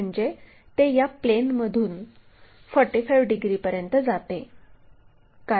म्हणजे ते या प्लेनमधून 45 डिग्रीपर्यंत जाते